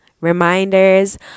reminders